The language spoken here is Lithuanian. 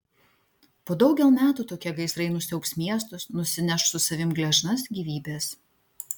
po daugel metų tokie gaisrai nusiaubs miestus nusineš su savimi gležnas gyvybes